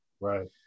right